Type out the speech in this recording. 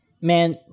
Man